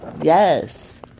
yes